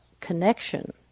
connection